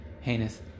heinous